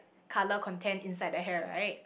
colour content inside the hair right